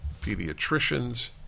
Pediatricians